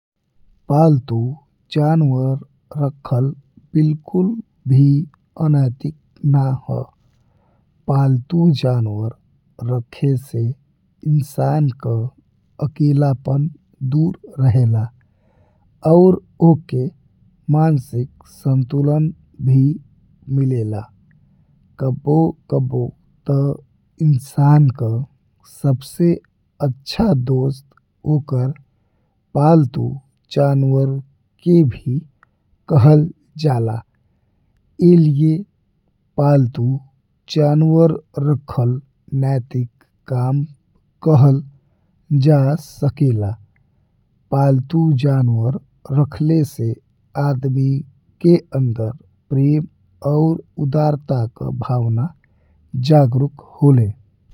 पालतु जानवर राखल बिलकुल भी अनैतिक ना हा पालतु जनवर रखे से इंसान का अकेलापन दूर रहेला। और ओके मानसिक संतुलन भी मिलेला कबो-कबो ता इंसान का सबसे अच्छा दोस्त ओकर पालतु जानवर के भी कहल जाला। ई लिए पालतु जानवर राखल नैतिक काम कहल जा सकेला पालतु जनवर रखले से आदमी के अंदर प्रेम और उदारता के भावना जागरूक होले।